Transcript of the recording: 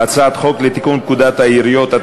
הצעת חוק לתיקון פקודת העיריות (מס' 139),